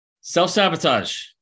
Self-sabotage